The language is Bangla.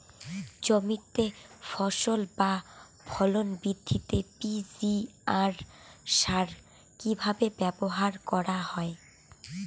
জমিতে ফসল বা ফলন বৃদ্ধিতে পি.জি.আর সার কীভাবে ব্যবহার করা হয়?